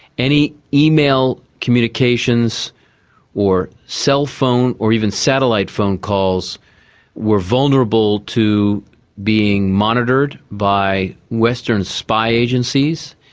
any email communications or cell phone or even satellite phone calls were vulnerable to being monitored by western spy agencies,